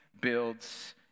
builds